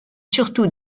surtout